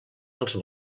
als